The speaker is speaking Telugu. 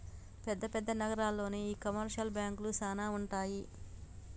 పెద్ద పెద్ద నగరాల్లోనే ఈ కమర్షియల్ బాంకులు సానా ఉంటాయి